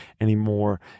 anymore